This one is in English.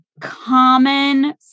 common